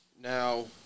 Now